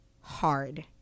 hard